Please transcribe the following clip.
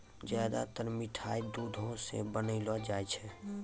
ज्यादातर मिठाय दुधो सॅ बनौलो जाय छै